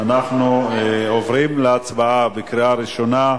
אנחנו עוברים להצבעה בקריאה ראשונה.